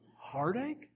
heartache